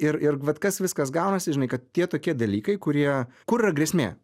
ir ir vat kas viskas gaunasi žinai kad tie tokie dalykai kurie kur yra grėsmė